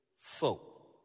Folk